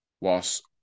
whilst